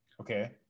okay